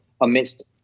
amidst